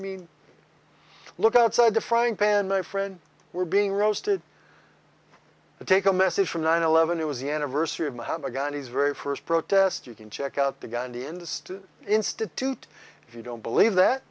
mean look outside the frying pan my friend were being roasted to take a message from nine eleven it was the anniversary of my have a gun his very first protest you can check out the gun industry institute if you don't believe that